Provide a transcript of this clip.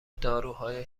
داروهای